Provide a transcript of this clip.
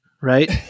right